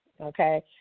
okay